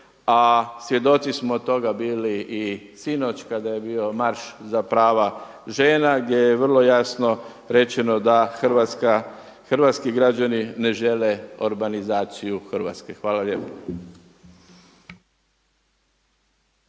a svjedoci smo toga bili i sinoć kada je bio marš za prava žena gdje je vrlo jasno rečeno da Hrvatska, hrvatski građani ne žele orbanizaciju Hrvatske. Hvala lijepo.